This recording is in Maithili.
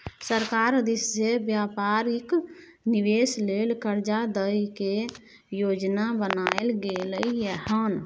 सरकार दिश से व्यापारिक निवेश लेल कर्जा दइ के योजना बनाएल गेलइ हन